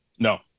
No